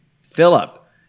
Philip